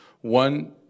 one